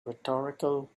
rhetorical